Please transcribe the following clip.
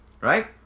right